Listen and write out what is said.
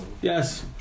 Yes